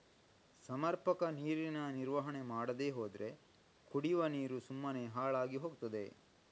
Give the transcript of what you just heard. ಸಮರ್ಪಕ ನೀರಿನ ನಿರ್ವಹಣೆ ಮಾಡದೇ ಹೋದ್ರೆ ಕುಡಿವ ನೀರು ಸುಮ್ಮನೆ ಹಾಳಾಗಿ ಹೋಗ್ತದೆ